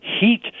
heat